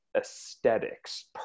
aesthetics